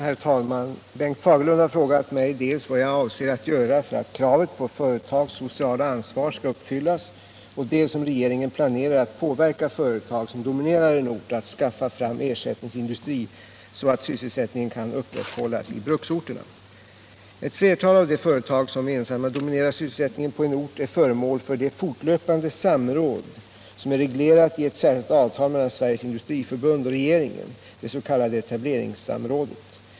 Herr talman! Bengt Fagerlund har frågat mig dels vad jag avser att göra för att kravet på företags sociala ansvar skall uppfyllas, och dels om regeringen planerar att påverka företag, som dominerar en ort, att skaffa fram ersättningsindustri, så att sysselsättningen kan upprätthållas i bruksorterna. Ett flertal av de företag som ensamma dominerar sysselsättningen på en ort är föremål för det fortlöpande samråd som är reglerat i ett särskilt avtal mellan Sveriges industriförbund och regeringen, det s.k. etableringssamrådet.